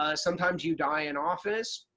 ah sometimes you die in office.